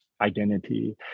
identity